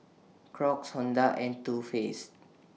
Crocs Honda and Too Faced